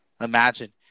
Imagine